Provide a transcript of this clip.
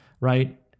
Right